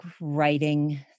writing